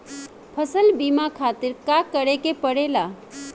फसल बीमा खातिर का करे के पड़ेला?